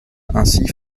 ainsi